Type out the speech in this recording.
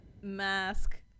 mask